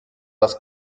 das